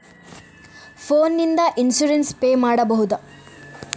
Phone ನಿಂದ insurance pay ಮಾಡಬಹುದ?